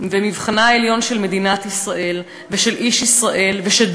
ומבחנה העליון של מדינת ישראל ושל איש ישראל ושל